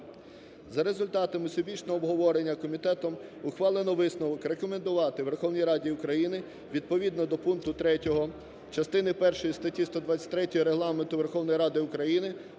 За результатами всебічного обговорення комітетом ухвалено висновок рекомендувати Верховній Раді України відповідно до пункту 3 частини першої статті 123 Регламенту Верховної Ради України